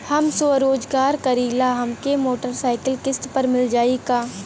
हम स्वरोजगार करीला हमके मोटर साईकिल किस्त पर मिल जाई का?